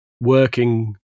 working